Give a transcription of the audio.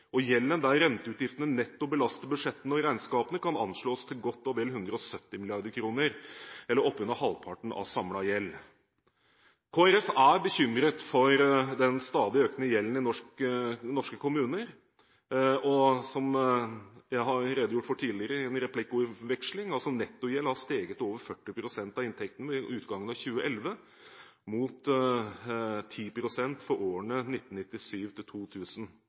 kr. Gjelden, der renteutgiftene netto belaster budsjettene og regnskapene, kan anslås til godt og vel 170 mrd. kr – eller oppunder halvparten av samlet gjeld. Kristelig Folkeparti er bekymret for den stadig økende gjelden i norske kommuner, og, som jeg har redegjort for tidligere i en replikkordveksling, har nettogjelden steget til over 40 pst. av inntekten ved utgangen av 2011, mot 10 pst. for årene